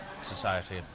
society